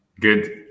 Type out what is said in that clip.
Good